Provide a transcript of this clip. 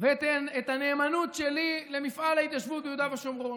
ואת הנאמנות שלי למפעל ההתיישבות ביהודה ושומרון.